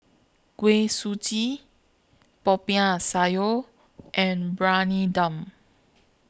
Kuih Suji Poiah Sayur and Briyani Dum